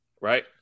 Right